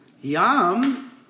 Yum